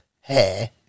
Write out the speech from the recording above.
hair